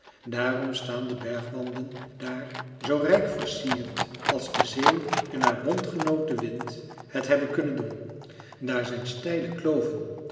daarom staan de bergwanden daar zoo rijk versierd als de zee en haar bondgenoot de wind het hebben kunnen doen daar zijn steile kloven